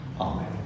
Amen